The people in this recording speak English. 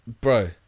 Bro